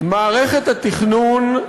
מערכת התכנון,